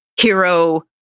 Hero